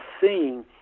seeing